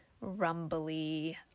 rumbly